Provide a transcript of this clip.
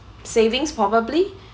savings probably